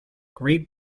great